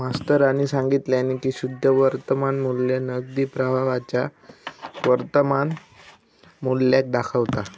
मास्तरानी सांगितल्यानी की शुद्ध वर्तमान मू्ल्य नगदी प्रवाहाच्या वर्तमान मुल्याक दाखवता